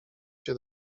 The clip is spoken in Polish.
się